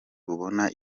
bubona